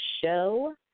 show